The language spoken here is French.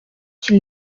qui